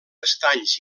estanys